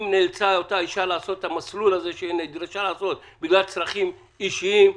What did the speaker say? אותה אישה נאלצה לעשות את המסלול שהיא נדרשה לעשות בגלל צרכים אישיים.